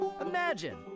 Imagine